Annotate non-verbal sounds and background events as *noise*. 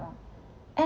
*noise*